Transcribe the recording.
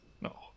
No